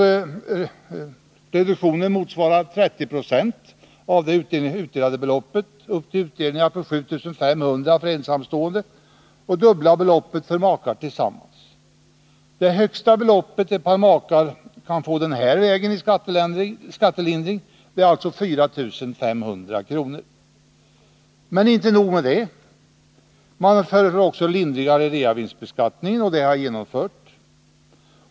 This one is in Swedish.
Reduktionen motsvarar 30 26 av det utdelade beloppet för utdelningar på upp till 7 500 kr. för ensamstående och det dubbla beloppet för makar tillsammans. Det högsta belopp som makar kan få den här vägen i skattelindring är alltså 4 500 kr. Men inte nog med det. Man föreslår också lindringar i reavinstbeskattningen, och sådana har även genomförts.